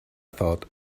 thought